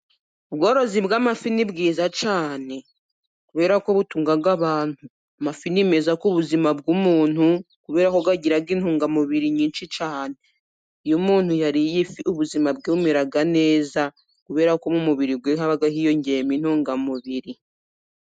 Ubworozi bw'amafi ni bwiza cyane kubera ko butunga abantu. Amafi ni meza ku buzima bw'umuntu kubera ko agira intungamubiri nyinshi cyane. Iyo umuntu yariye ifi ubuzima bwe bumera neza kubera ko mu mubiri we haba hiyongemo intungamubiri.